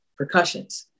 percussions